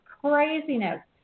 craziness